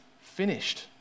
finished